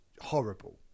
horrible